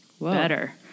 better